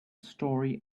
story